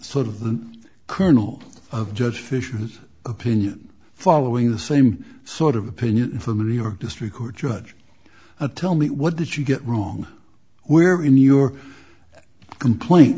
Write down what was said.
sort of the kernel of judge fisher's opinion following the same sort of opinion from a new york district court judge a tell me what did you get wrong where in the your complain